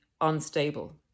unstable